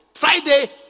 Friday